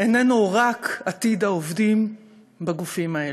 איננו רק עתיד העובדים בגופים האלה,